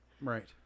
Right